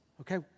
Okay